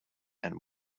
and